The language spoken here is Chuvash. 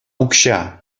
укҫа